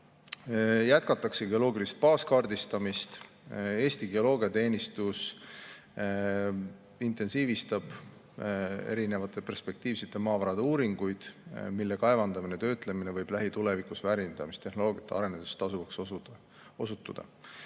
Jätkatakse geoloogilist baaskaardistamist. Eesti Geoloogiateenistus intensiivistab erinevate perspektiivsete maavarade uuringuid, mille kaevandamine ja töötlemine võib lähitulevikus väärindamistehnoloogiate arenedes tasuvaks osutuda.